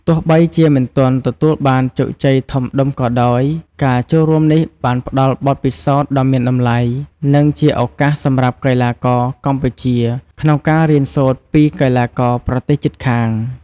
ទោះបីជាមិនទាន់ទទួលបានជោគជ័យធំដុំក៏ដោយ ការចូលរួមនេះបានផ្តល់បទពិសោធន៍ដ៏មានតម្លៃ និងជាឱកាសសម្រាប់កីឡាករកម្ពុជាក្នុងការរៀនសូត្រពីកីឡាករប្រទេសជិតខាង។